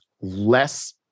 less